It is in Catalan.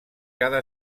cada